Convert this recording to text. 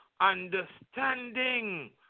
understanding